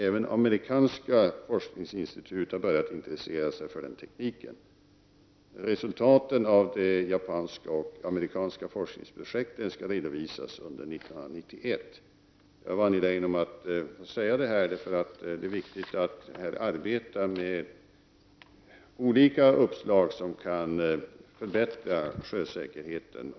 Även amerikanska forskningsinstitut har börjat intressera sig för denna teknik. Resultaten av de japanska och amerikanska forskningsprojekten skall redovisas under 1991. Jag är angelägen om att få detta sagt, därför att det är viktigt att här arbeta med olika uppslag som kan bidra till förbättrad sjösäkerhet.